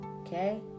Okay